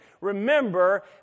Remember